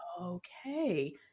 okay